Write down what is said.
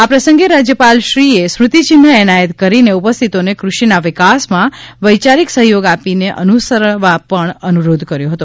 આ પ્રસંગે રાજ્યપાલશ્રીએ સ્મૃતિચિહન એનાયત કરીને ઉપસ્થિતોને કૃષિના વિકાસમાં વૈયારીક સહયોગ આપીને અનુસરવા પણ અનુરોધ કર્યો હતો